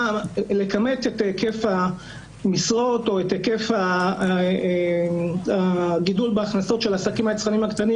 לכמת את היקף המשרות או את היקף הגידול בהכנסות של העסקים היצרנים הקטנים